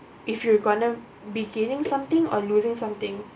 if you were gonna be gaining something or losing something